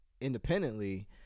independently